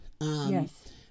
Yes